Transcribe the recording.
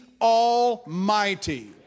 Almighty